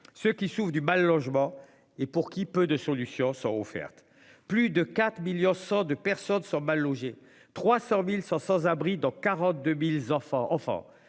ceux qui souffrent du mal logement et pour qui, peu de solutions ça offertes, plus de 4.000.102 personnes sont mal logées. 300.000 sont sans abri dans 42.000 enfants